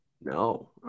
No